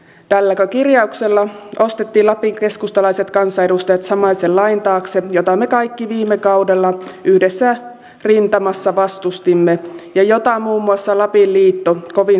tälläkö kirjauksella ostettiin lapin keskustalaiset kansanedustajat samaisen lain taakse jota me kaikki viime kaudella yhdessä rintamassa vastustimme ja jota muun muassa lapin liitto kovin sanoin suomi